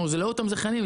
זה לא אותם זכיינים,